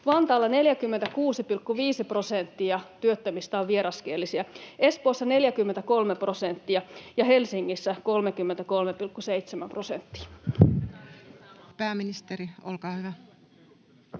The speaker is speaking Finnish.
Vantaalla 46,5 prosenttia työttömistä on vieraskielisiä, Espoossa 43 prosenttia ja Helsingissä 33,7 prosenttia. [Speech